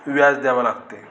व्याज द्यावं लागते